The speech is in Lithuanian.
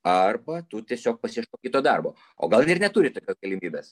arba tu tiesiog pasiieškok kito darbo o gal ir neturit tokios galimybės